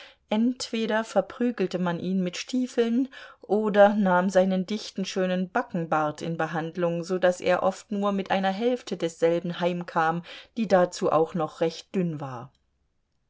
entweder verprügelte man ihn mit stiefeln oder nahm seinen dichten schönen backenbart in behandlung so daß er oft nur mit einer hälfte desselben heimkam die dazu auch noch recht dünn war